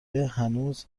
هنوز